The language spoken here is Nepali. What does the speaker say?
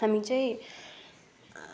हामी चाहिँ